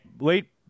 late